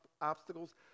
obstacles